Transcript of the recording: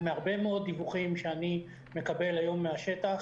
מהרבה מאוד דיווחים שאני מקבל היום מהשטח